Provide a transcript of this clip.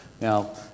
Now